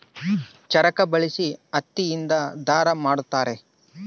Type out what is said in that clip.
ಚರಕ ಬಳಸಿ ಹತ್ತಿ ಇಂದ ದಾರ ಮಾಡುತ್ತಾರೆ